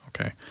okay